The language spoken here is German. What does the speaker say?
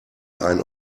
ein